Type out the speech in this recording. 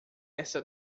esta